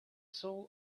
soul